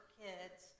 kids